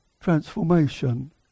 transformation